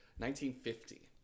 1950